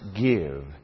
give